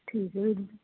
ਠੀਕ ਵੀਰ ਜੀ